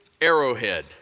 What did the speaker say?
Arrowhead